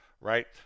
right